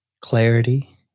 Clarity